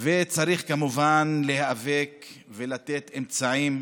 וצריך כמובן להיאבק ולתת אמצעים